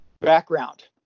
background